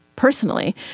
personally